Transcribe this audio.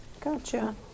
Gotcha